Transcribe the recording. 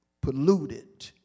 polluted